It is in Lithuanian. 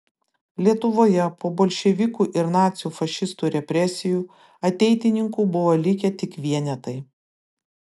lietuvoje po bolševikų ir nacių fašistų represijų ateitininkų buvo likę tik vienetai